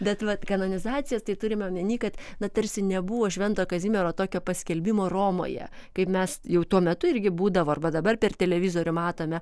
bet vat kanonizacijas tai turim omeny kad na tarsi nebuvo švento kazimiero tokio paskelbimo romoje kaip mes jau tuo metu irgi būdavo arba dabar per televizorių matome